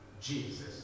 Jesus